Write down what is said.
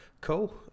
Cool